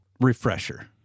refresher